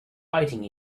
biting